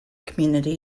community